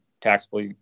taxable